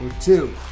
two